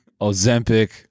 ozempic